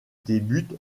débute